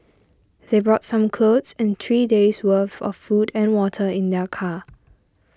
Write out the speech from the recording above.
they brought some clothes and three days' worth of food and water in their car